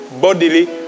bodily